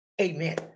Amen